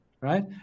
right